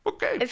Okay